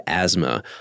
asthma